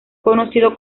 conocido